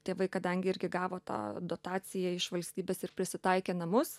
tėvai kadangi irgi gavo tą dotaciją iš valstybės ir prisitaikė namus